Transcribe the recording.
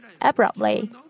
abruptly